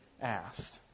asked